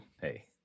hey